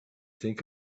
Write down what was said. think